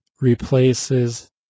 replaces